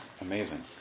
amazing